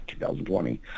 2020